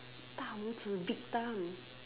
大拇指 big thumb